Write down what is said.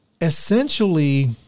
Essentially